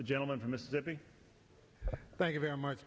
the gentleman from mississippi thank you very much